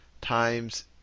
times